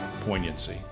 poignancy